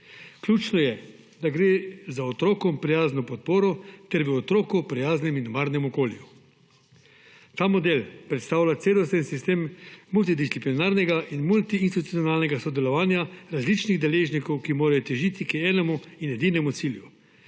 Ključno je, da gre za otrokom prijazno podporo ter v otroku prijaznem in varnem okolju. Ta model predstavlja celostni sistem multidisciplinarnega in multiinstitucionalnega sodelovanja različnih deležnikov, ki morajo težiti k enemu in edinemu cilju